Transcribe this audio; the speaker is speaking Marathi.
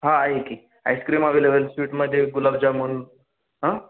हां आहे की आईस्क्रीम अवेलेबल स्वीटमध्ये गुलाबजामुन